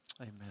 Amen